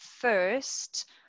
first